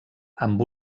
amb